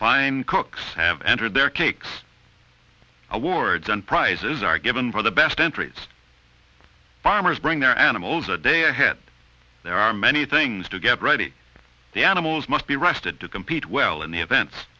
fine cooks have entered their cakes awards and prizes are given for the best entries farmers bring their animals a day ahead there are many things to get ready the animals must be rested to compete well in the event